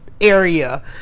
area